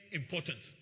important